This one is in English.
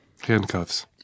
Handcuffs